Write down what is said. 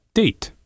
date